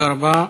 תודה רבה.